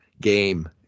game